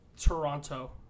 Toronto